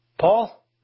Paul